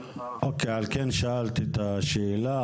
אוקיי, על כן שאלתי את השאלה.